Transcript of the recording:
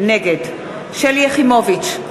נגד שלי יחימוביץ,